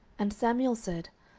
and samuel said,